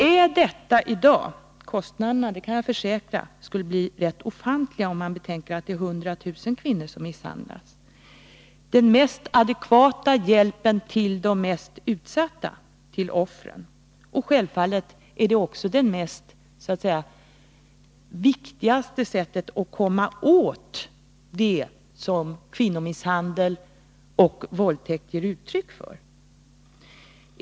Är detta i dag — kostnaderna kan jag försäkra skulle bli ofantliga med tanke på att det är 100 000 kvinnor som misshandlas — den mest adekvata hjälpen till de främst utsatta offren? Självfallet är det också det bästa sättet att komma åt det som kvinnomisshandel och våldtäktsbrott är ett uttryck för.